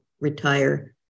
retire